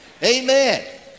Amen